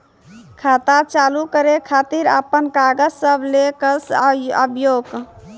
खाता चालू करै खातिर आपन कागज सब लै कऽ आबयोक?